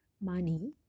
money